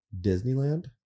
Disneyland